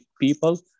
people